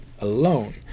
alone